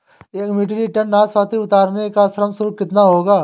एक metric tonne नाशपाती उतारने का श्रम शुल्क कितना होगा?